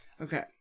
Okay